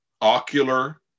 ocular